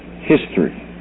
history